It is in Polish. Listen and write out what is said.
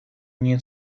nie